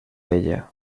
ella